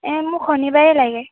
এ মোক শনিবাৰে লাগে